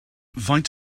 faint